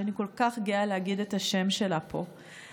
שאני כל כך גאה להגיד את השם שלה פה,